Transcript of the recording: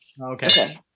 Okay